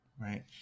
Right